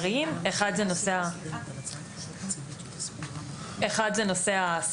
אחד זה נושא הסנקציות הכספיות,